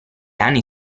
anni